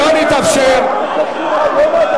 מה זה יום האדמה?